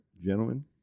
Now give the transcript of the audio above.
Gentlemen